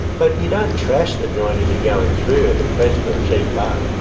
but you don't trash the joint as you're going through in the quest for a cheap buck.